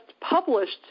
published